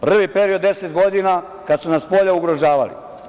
Prvi period od 10 godina kad su nas spolja ugrožavali.